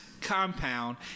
compound